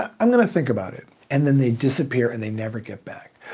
ah i'm gonna think about it. and then they disappear and they never get back.